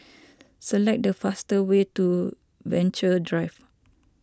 select the fastest way to Venture Drive